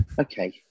Okay